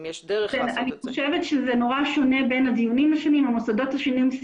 אני חושבת שזה מאוד שונה בין הדיונים השונים והמוסדות השונים.